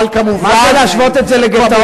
אבל כמובן, מה זה להשוות את זה לגטאות?